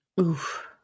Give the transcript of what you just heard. Oof